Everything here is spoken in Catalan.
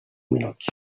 minuts